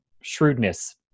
shrewdness